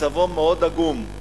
מצבו מאוד עגום.